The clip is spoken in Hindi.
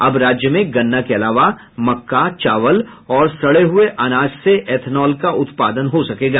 अब राज्य में गन्ना के अलावा मक्का चावल और सड़े हुये अनाज से इथेनॉल का उत्पादन हो सकेगा